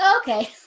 Okay